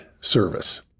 service